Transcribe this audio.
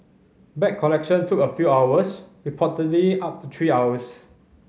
bag collection took a few hours reportedly up to three hours